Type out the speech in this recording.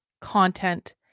content